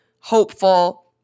hopeful